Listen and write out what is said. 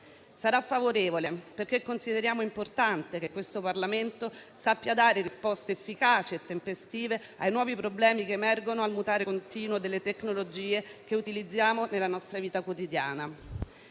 Sarà favorevole perché consideriamo importante che il Parlamento sappia dare risposte efficaci e tempestive ai nuovi problemi che emergono al mutare continuo delle tecnologie che utilizziamo nella nostra vita quotidiana.